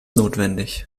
notwendig